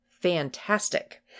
fantastic